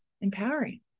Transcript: empowering